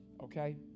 okay